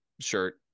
shirt